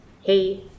hey